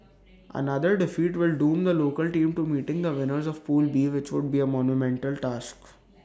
another defeat will doom the local team to meeting the winners of pool B which would be A monumental task